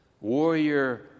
warrior